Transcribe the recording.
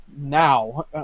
now